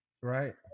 Right